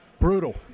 Brutal